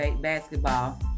basketball